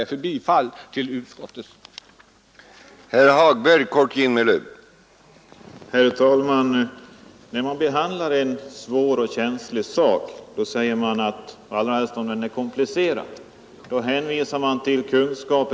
Jag yrkar bifall till utskottets förslag.